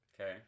Okay